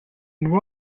nur